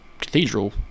cathedral